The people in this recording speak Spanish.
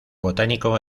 botánico